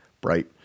bright